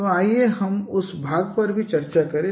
तो आइए हम उस भाग पर भी चर्चा करें